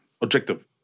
objective